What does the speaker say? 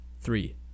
three